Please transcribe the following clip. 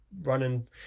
running